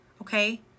Okay